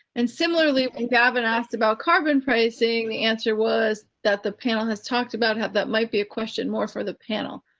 and similarly you and haven't asked about carbon pricing. the answer was that the panel has talked about how that might be a question more for the panel.